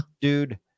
dude